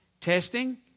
Testing